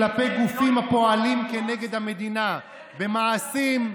כלפי גופים הפועלים כנגד המדינה במעשים,